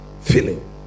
Feeling